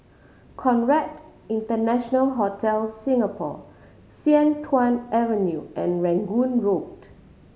Conrad International Hotel Singapore Sian Tuan Avenue and Rangoon Road